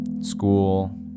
school